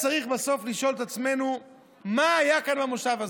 צריך בסוף לשאול את עצמנו מה היה כאן במושב הזה.